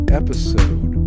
episode